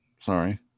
Sorry